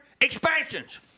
expansions